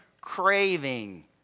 craving